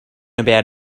about